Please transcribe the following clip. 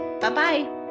Bye-bye